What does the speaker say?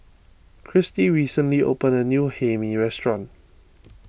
Christie recently opened a new Hae Mee restaurant